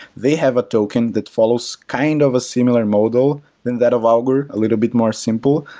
they have a token that follows kind of a similar model than that of augur a little bit more simple.